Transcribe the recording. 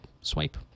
swipe